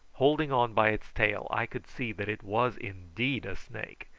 holding on by its tail, i could see that it was indeed a snake,